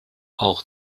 auch